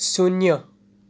શૂન્ય